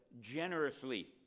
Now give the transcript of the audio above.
generously